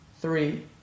three